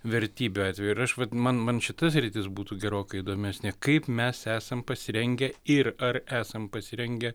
vertybių atveju ir aš vat man man šita sritis būtų gerokai įdomesnė kaip mes esam pasirengę ir ar esam pasirengę